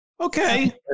Okay